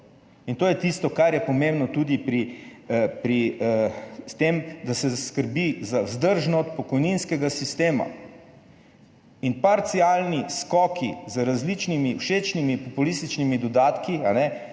In to je tisto, kar je pomembno tudi pri tem, da se skrbi za vzdržnost pokojninskega sistema. Parcialni skoki z različnimi všečnimi populističnimi dodatki